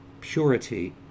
purity